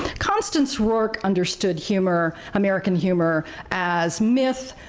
constance rourke understood humor, american humor, as myth,